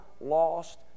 lost